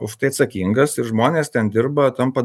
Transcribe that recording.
už tai atsakingas ir žmonės ten dirba tampa